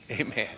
Amen